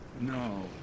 no